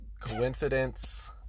coincidence